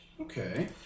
Okay